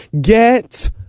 Get